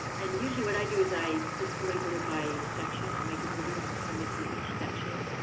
and usually what i do is i just label it by section. i'll make a media assignment for each section.